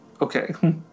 Okay